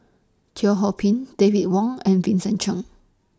Teo Ho Pin David Wong and Vincent Cheng